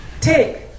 take